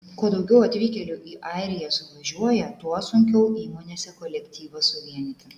kuo daugiau atvykėlių į airiją suvažiuoja tuo sunkiau įmonėse kolektyvą suvienyti